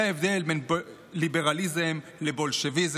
זה ההבדל בין ליברליזם לבולשביזם,